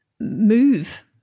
move